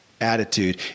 attitude